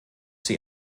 sie